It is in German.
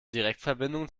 direktverbindung